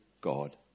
God